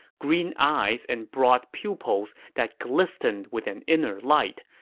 green eyes and broad pupils that glistened with an inner light,